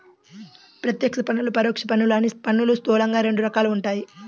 ప్రత్యక్ష పన్నులు, పరోక్ష పన్నులు అని పన్నులు స్థూలంగా రెండు రకాలుగా ఉంటాయి